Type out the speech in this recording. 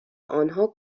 آنها